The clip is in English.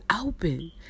open